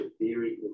Theory